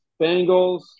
Bengals